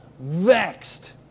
vexed